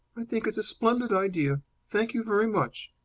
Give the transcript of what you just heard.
i think it's a splendid idea. thank you very much.